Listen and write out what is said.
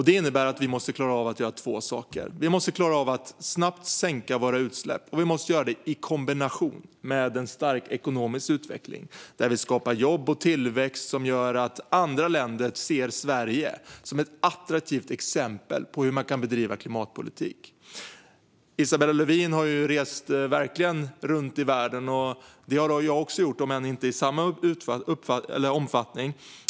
Det innebär att vi måste kombinera snabbt sänkta utsläpp med en stark ekonomisk utveckling där vi skapar jobb och tillväxt så att andra länder ser Sverige som ett attraktivt exempel på hur man kan bedriva klimatpolitik. Isabella Lövin har verkligen rest runt i världen. Det har jag också gjort, om än inte i samma omfattning.